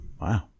Wow